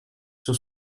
sur